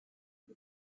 you